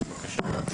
בבקשה.